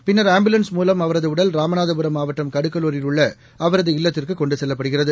பின்னர் ஆம்புலன்ஸ் மூலம் அவரது உடல் ராமநாதபுரம் மாவட்டம் கடுக்கலூரில் உள்ள அவரது இல்லத்திற்கு கொண்டு செல்லப்படுகிறது